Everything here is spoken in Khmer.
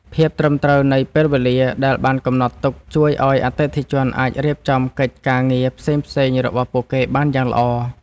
ភាពត្រឹមត្រូវនៃពេលវេលាដែលបានកំណត់ទុកជួយឱ្យអតិថិជនអាចរៀបចំកិច្ចការងារផ្សេងៗរបស់ពួកគេបានយ៉ាងល្អ។